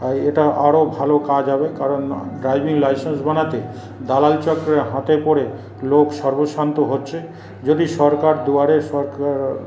এটা আরো ভালো কাজ হবে কারণ ড্রাইভিং লাইসেন্স বানাতে দালাল চক্রের হাতে পড়ে লোক সর্বস্বান্ত হচ্ছে যদি সরকার দুয়ারে সরকার